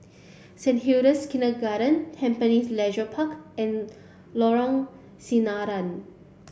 Saint Hilda's Kindergarten Tampines Leisure Park and Lorong Sinaran